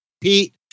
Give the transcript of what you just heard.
Pete